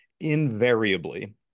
Invariably